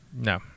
No